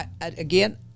again